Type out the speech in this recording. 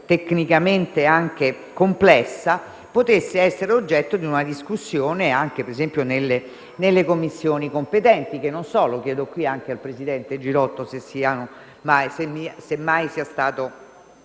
tecnicamente anche molto complessa potesse essere oggetto di una discussione anche, per esempio, nelle Commissioni competenti. Chiedo qui anche al presidente Girotto se mai sia stato